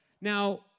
Now